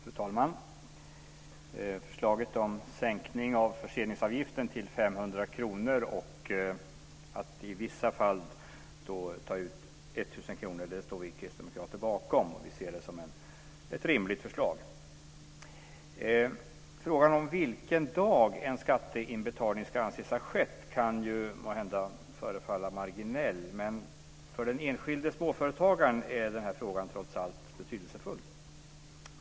Fru talman! Förslaget om sänkning av förseningsavgiften till 500 kr och att i vissa fall ta ut 1 000 kr står vi kristdemokrater bakom. Vi ser det som ett rimligt förslag. Frågan om vilken dag en skatteinbetalning ska anses ha skett kan måhända förefalla marginell, men för den enskilde småföretagaren är den här frågan trots allt betydelsefull.